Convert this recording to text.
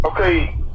Okay